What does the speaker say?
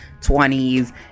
20s